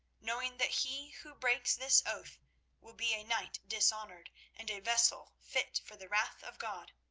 knowing that he who breaks this oath will be a knight dishonoured and a vessel fit for the wrath of god,